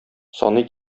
саный